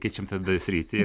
keičiam tada sritį